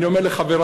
אני אומר לחברי,